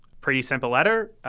pretty simple letter.